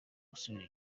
gusubira